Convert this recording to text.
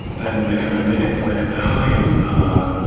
then the kind of minute-to-minute, the highs are,